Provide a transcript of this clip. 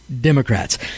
Democrats